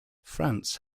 france